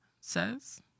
says